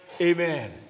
Amen